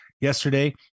yesterday